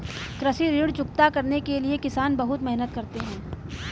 कृषि ऋण चुकता करने के लिए किसान बहुत मेहनत करते हैं